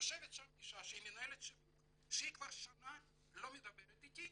אישה שהיא מנהלת שיווק שהיא כבר שנה לא מדברת איתי,